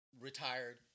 retired